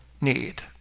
need